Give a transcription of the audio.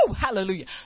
Hallelujah